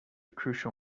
crucial